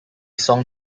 song